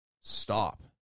stop